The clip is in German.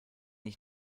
ich